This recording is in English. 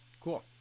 Cool